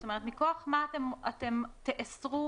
זאת אומרת מכוח מה אתם תאסרו